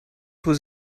was